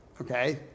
Okay